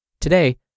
Today